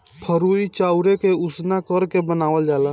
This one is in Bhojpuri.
फरुई चाउरे के उसिना करके बनावल जाला